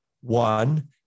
One